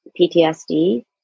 PTSD